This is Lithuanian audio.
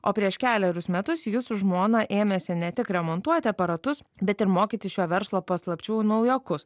o prieš kelerius metus jis su žmona ėmėsi ne tik remontuoti aparatus bet ir mokyti šio verslo paslapčių naujokus